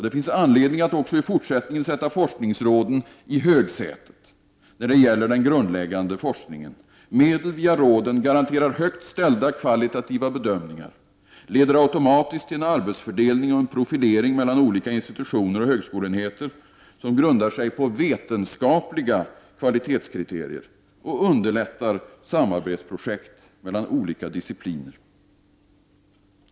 Det finns anledning att också i fortsättningen sätta forskningsråden i högsätet när det gäller den grundläggande forskningen. Medel via råden garanterar högt ställda kvalitativa bedömningar, leder automatiskt till en arbetsfördelning och profilering mellan olika institutioner och högskoleenheter som grundar sig på vetenskapliga kvalitetskriterier och underlättar samarbetsprojekt mellan olika discipliner.